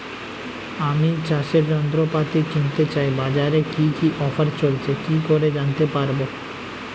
আমি চাষের যন্ত্রপাতি কিনতে চাই বাজারে কি কি অফার চলছে কি করে জানতে পারবো?